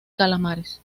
calamares